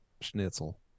schnitzel